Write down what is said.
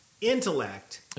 intellect